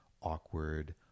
awkward